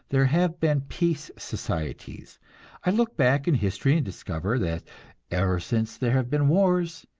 there have been peace societies i look back in history and discover that ever since there have been wars,